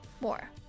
more